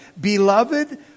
Beloved